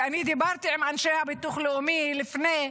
ואני דיברתי עם אנשי הביטוח הלאומי לפני כן,